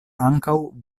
ankaŭ